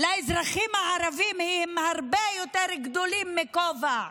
לאזרחים הערבים הרבה יותר גדולות מכובע.